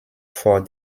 vor